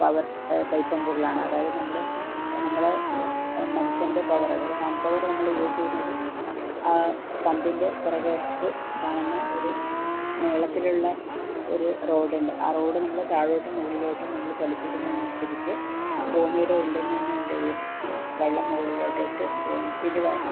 power കൈപ്പമ്പുകൾ ആണ് അതായത് നമ്മൾ നമ്മുടെ മനുഷ്യൻ്റെ പവർ അതായത് ഹാൻഡ് പവർ നമ്മൾ യൂസ് ചെയ്യുന്നത് ആ പമ്പിൻ്റെ പുറകുവശത്ത് കാണുന്ന ഒരു നീളത്തിലുള്ള ഒരു റോഡ് ഉണ്ട് ആ റോഡ് നമ്മൾ താഴോട്ടും മുകളിലോട്ടും നമ്മൾ ചലിപ്പിക്കുന്നത് അനുസരിച്ച് ഭൂമിയുടെ ഉള്ളിൽ നിന്ന് എന്ത് ചെയ്യും വെള്ളം മുകളിലോട്ടേയ്ക്ക്